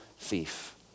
thief